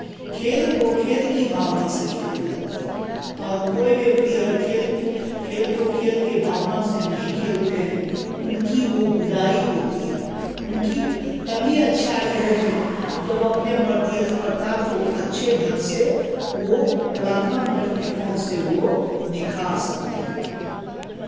खेल को खेल की भावना से खेली जाती है और कोइ व्यक्ति अगर खेल की खेल को खेल के भावना से नहीं खेलते हैं उनकी वो बुराई होती है उनकी तभी अच्छाई होगी जब अपने प्रतिस्पर्धा को अच्छे ढंग से वो कलात्मक दृष्टिकोण से वो निखार सकते हैं